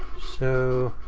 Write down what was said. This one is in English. so